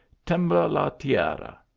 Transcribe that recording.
tembla la tierra!